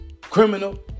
criminal